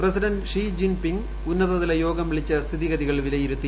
president Xi Jinping ഉന്നതതലയോഗം വിളിച്ച് സ്ഥിതിഗതികൾ വിലയിരുത്തി